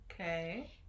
Okay